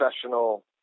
professional